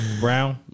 brown